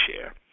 share